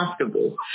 comfortable